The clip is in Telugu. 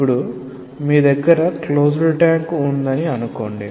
ఇప్పుడు మీ దగ్గర క్లోజ్డ్ ట్యాంక్ ఉందని అనుకోండి